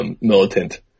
militant